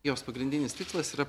jos pagrindinis tikslas yra